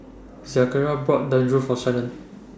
Zechariah bought Dangojiru For Shannan